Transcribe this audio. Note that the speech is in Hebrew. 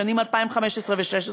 לשנים 2015 ו-2016,